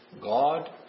God